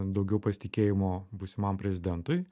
daugiau pasitikėjimo būsimam prezidentui